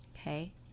okay